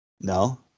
No